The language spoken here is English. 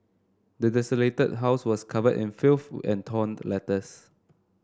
the desolated house was covered in filth and torn letters